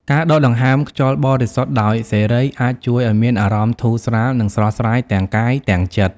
ការដកដង្ហើមខ្យល់បរិសុទ្ធដោយសេរី អាចជួយឲ្យមានអារម្មណ៍ធូរស្រាល និងស្រស់ស្រាយទាំងកាយទាំងចិត្ត។